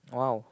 !wow!